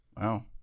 Wow